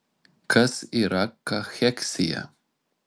kas yra kacheksija